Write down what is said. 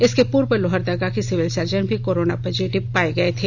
इसके पूर्व लोहरदगा के सिविल सर्जन भी कोरोना पॉजिटिव पाए गए थे